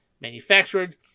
manufactured